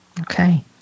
Okay